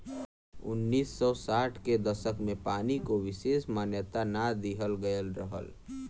उन्नीस सौ साठ के दसक में पानी को विसेस मान्यता ना दिहल गयल रहल